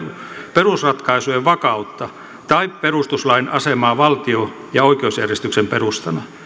perusratkaisujen vakautta tai perustuslain asemaa valtio ja oikeusjärjestyksen perustana